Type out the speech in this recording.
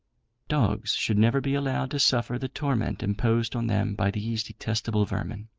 dogs should never be allowed to suffer the torment imposed on them by these detestable vermin.